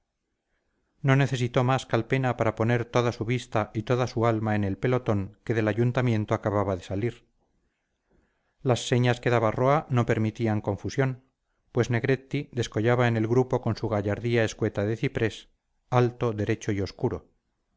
no necesitó más calpena para poner toda su vista y toda su alma en el pelotón que del ayuntamiento acababa de salir las señas que daba roa no permitían confusión pues negretti descollaba en el grupo con su gallardía escueta de ciprés alto derecho y obscuro